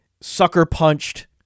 sucker-punched